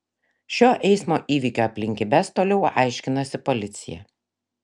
šio eismo įvykio aplinkybes toliau aiškinasi policija